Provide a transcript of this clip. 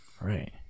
Right